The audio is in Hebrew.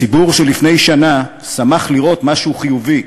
הציבור שלפני שנה שמח לראות משהו חיובי,